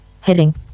heading